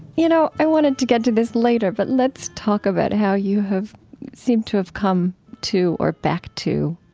you know, i wanted to get to this later, but let's talk about how you have seem to have come to, or back to,